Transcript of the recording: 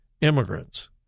immigrants